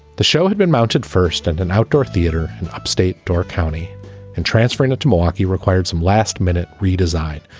the show had been mounted first at and an outdoor theater in upstate d-or county and transferring it to milwaukee required some last minute redesign.